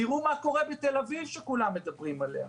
תראו מה קורה בתל אביב שכולם מדברים עליה.